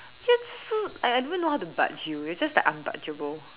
you're just so I I don't even know how to budge you're just like unbudgeable